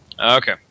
Okay